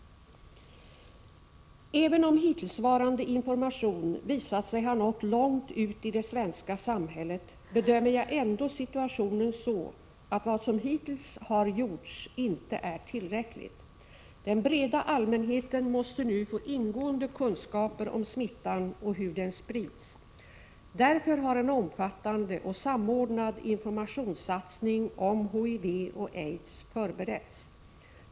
Även om hittillsvarande information visat sig ha nått långt ut i det svenska samhället bedömer jag ändå situationen så, att vad som hittills har gjorts inte är tillräckligt. Den breda allmänheten måste nu få ingående kunskaper om smittan och hur den sprids. Därför har en omfattande och samordnad informationssatsning om HIV och aids förberetts.